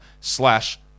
slash